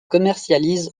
commercialise